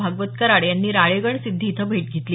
भागवत कराड यांनी राळेगणसिद्धी इथं भेट घेतली